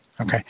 Okay